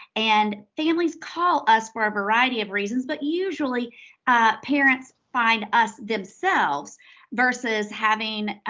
and families call us for a variety of reasons, but usually parents find us themselves versus having